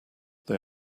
they